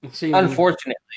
Unfortunately